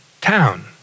town